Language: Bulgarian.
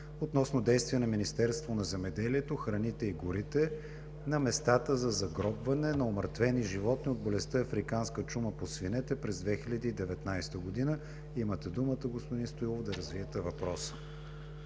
относно действия на Министерството на земеделието, храните и горите на местата за загробване на умъртвени животни от болестта африканска чума по свинете през 2019 г. Имате думата, господин Стоилов, да развиете въпроса.